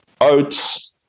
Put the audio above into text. Oats